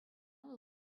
вӑл